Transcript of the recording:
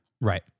Right